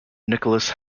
nicholas